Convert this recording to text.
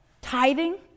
tithing